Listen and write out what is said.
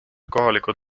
kohalikud